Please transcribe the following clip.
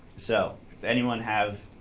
so does anyone have